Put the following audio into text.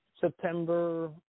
September